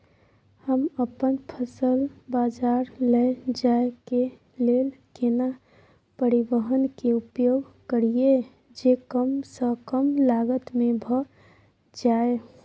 हम अपन फसल बाजार लैय जाय के लेल केना परिवहन के उपयोग करिये जे कम स कम लागत में भ जाय?